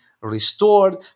restored